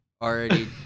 already